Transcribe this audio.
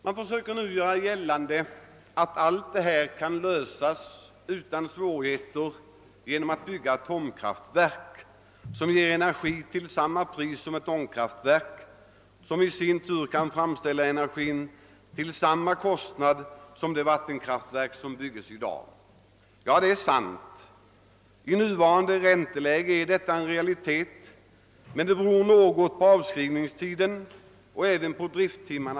Man försöker nu göra gällande att allt detta kan lösas utan svårigheter genom att bygga atomkraftverk som ger energi till samma pris som ett ångkraftverk, vilket i sin tur kan framställa energin till samma kostnad som de vattenkraftverk som byggs i dag. Det är sant — i nuvarande ränteläge är det en realitet — men det beror också något på avskrivningstiden och även på antalet drifttimmar.